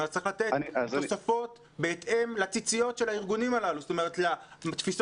צריך לתת תוספות בהתאם לציציות של הארגונים הללו בתפיסות